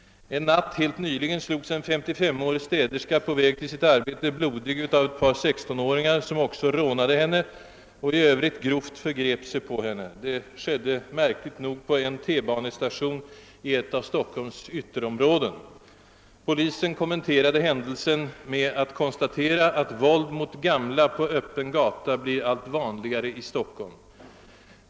Jag vill här referera till ytterligare ett aktuellt exempel. En natt helt nyligen slogs en 55-årig städerska blodig av ett par 16-åringar, som också rånade henne och i övrigt grovt förgrep sig på henne. Detta skedde på en T banestation i märkligt nog ett av Stockholms ytterområden. Polisen kommenterade händelsen med att konstatera att våld mot gamla personer på öppen gata blir allt vanligare i Stockholm.